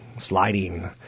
sliding